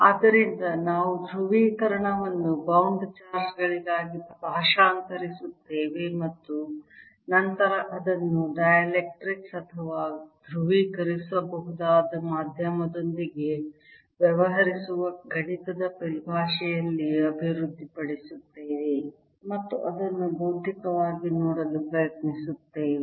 ಆದ್ದರಿಂದ ನಾವು ಧ್ರುವೀಕರಣವನ್ನು ಬೌಂಡ್ ಚಾರ್ಜ್ ಗಳಾಗಿ ಭಾಷಾಂತರಿಸುತ್ತೇವೆ ಮತ್ತು ನಂತರ ಅದನ್ನು ಡೈಎಲೆಕ್ಟ್ರಿಕ್ಸ್ ಅಥವಾ ಧ್ರುವೀಕರಿಸಬಹುದಾದ ಮಾಧ್ಯಮದೊಂದಿಗೆ ವ್ಯವಹರಿಸುವ ಗಣಿತದ ಪರಿಭಾಷೆಯಲ್ಲಿ ಅಭಿವೃದ್ಧಿ ಪಡಿಸುತ್ತೇವೆ ಮತ್ತು ಅದನ್ನು ಬೌದ್ಧಿಕವಾಗಿ ನೋಡಲು ಪ್ರಯತ್ನಿಸುತ್ತೇವೆ